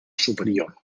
superior